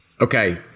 Okay